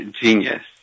genius